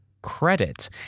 credit